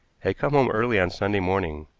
had come home early on sunday morning.